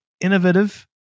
innovative